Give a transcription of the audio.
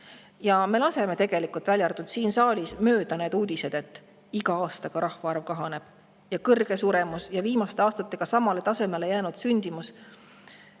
Ja me laseme tegelikult, välja arvatud siin saalis, mööda need uudised, et iga aastaga rahvaarv kahaneb ning kõrge suremus ja viimaste aastatega samale tasemele jäänud sündimus